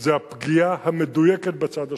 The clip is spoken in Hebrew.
זה הפגיעה המדויקת בצד השני,